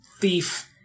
thief